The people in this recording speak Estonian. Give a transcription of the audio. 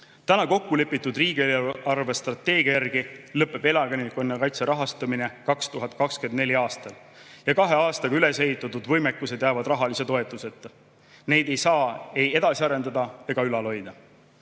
Kokkulepitud riigi eelarvestrateegia järgi lõpeb elanikkonnakaitse rahastamine 2024. aastal ja kahe aastaga ülesehitatud võimekused jäävad rahalise toetuseta. Neid ei saa ei edasi arendada ega ülal hoida.